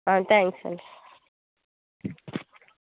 thanks అండి